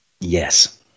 yes